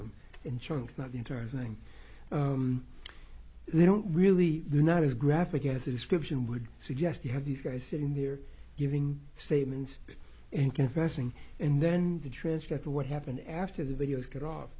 them in chunks not the entire thing they don't really not as graphic as the description would suggest you have these guys sitting there giving statements and confessing and then the transcript of what happened after the video is cut off